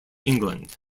england